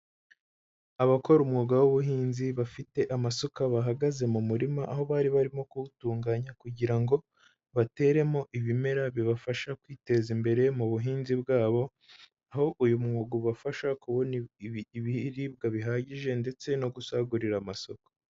Abakora umwuga w'ubuhinzi bafite amasuka, bahagaze mu murima aho bari barimo kuwutunganya kugira ngo bateremo ibimera bibafasha kwiteza imbere mu buhinzi bwabo, aho uyu mwuga ubafasha kubona ibiribwa bihagije ndetse no gusagurira amasoko.